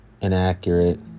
inaccurate